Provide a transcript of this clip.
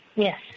Yes